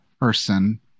person